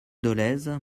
dolez